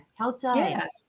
outside